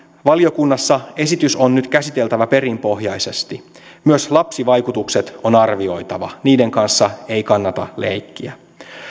valiokunnassa esitys on nyt käsiteltävä perinpohjaisesti myös lapsivaikutukset on arvioitava niiden kanssa ei kannata leikkiä